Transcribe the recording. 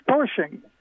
pushing